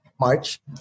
March